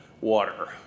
water